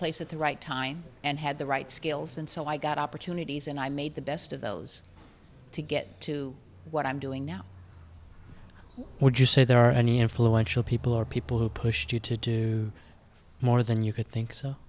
place at the right time and had the right skills and so i got opportunities and i made the best of those to get to what i'm doing now would you say there are any influential people or people who pushed you to do more than you could think so